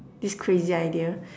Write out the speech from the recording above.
this crazy idea